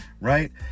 right